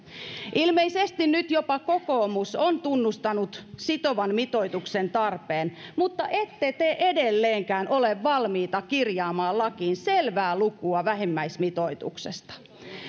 ilmeisesti nyt jopa kokoomus on tunnustanut sitovan mitoituksen tarpeen mutta ette te edelleenkään ole valmiita kirjaamaan lakiin selvää lukua vähimmäismitoituksesta